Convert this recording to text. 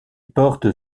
porte